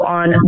on